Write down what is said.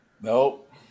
Nope